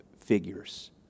figures